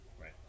right